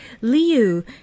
Liu